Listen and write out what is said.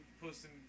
posting